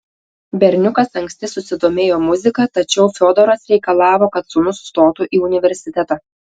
berniukas anksti susidomėjo muzika tačiau fiodoras reikalavo kad sūnus stotų į universitetą